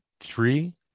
Three